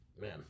man